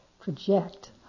project